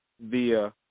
via